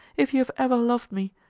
if you have ever loved me,